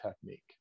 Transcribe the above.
technique